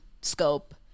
scope